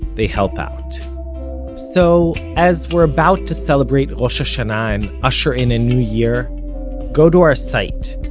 they help out so, as we are about to celebrate rosh hashanah and usher in a new year go to our site,